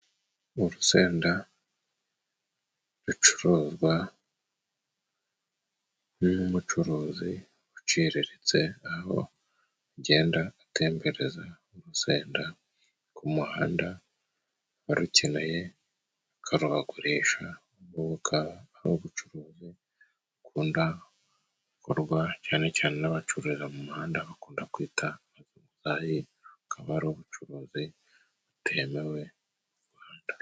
Urusenda rucuruzwa n'umucuruzi uciriritse, aho agenda atembereza urusenda ku muhanda abarukeneye akarubakoresha, ubu bukaba ari ubucuruzi bukunda gukorwa cyane cyane n'abacururiza mu muhanda bakunda kwita abazunguzayi, akaba ari ubucuruzi butemewe mu Rwanda.